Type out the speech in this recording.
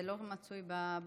זה לא מצוי בנוסח,